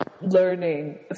Learning